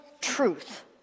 truth